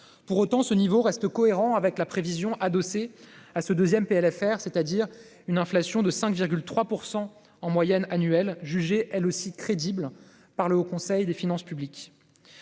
Pour autant, ce niveau reste cohérent avec la prévision adossée à ce deuxième PLFR, c'est-à-dire une inflation de 5,3 % en moyenne annuelle, jugée elle aussi crédible par le Haut Conseil des finances publiques.